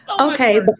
Okay